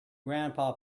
grandpa